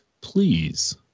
please